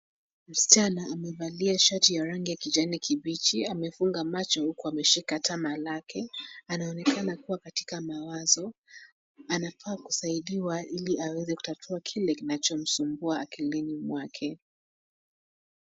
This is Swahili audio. Msichana amevalia shati ya rangi ya kijani kibichi, amefunga macho huku ameshika tama lake, anaoenkana akiwa katika mawazo . Anafaa kusaidiwa ili aweze kutatua kile kinachomsumbua akilini mwake.